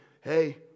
hey